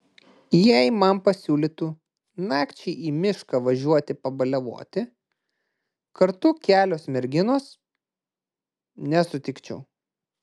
jei man pasiūlytų nakčiai į mišką važiuoti pabaliavoti kartu kelios merginos nesutikčiau